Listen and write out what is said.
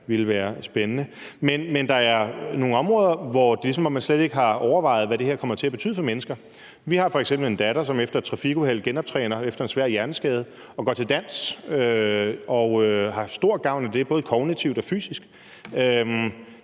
jeg ville være spændende. Men der er nogle områder, hvor det er, som om man slet ikke har overvejet, hvad det her kommer til at betyde for mennesker. Vi har f.eks. en datter, som efter et trafikuheld genoptræner efter en svær hjerneskade og går til dans og har haft stor gavn af det både kognitivt og fysisk.